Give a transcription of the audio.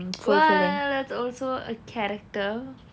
well it's also a character